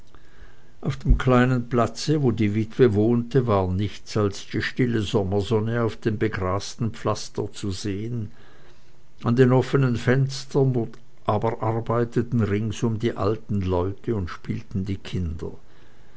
auf dem kleinen platze wo die witwe wohnte war nichts als die stille sommersonne auf dem begrasten pflaster zu sehen an den offenen fenstern aber arbeiteten ringsum die alten leute und spielten die kinder